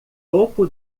topo